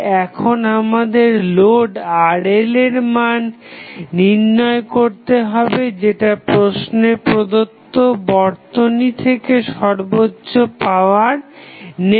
এখন আমাদের load RL এর মান নির্ণয় করতে হবে যেটা প্রশ্নে প্রদত্ত বর্তনী থেকে সর্বোচ্চ পাওয়ার নেবে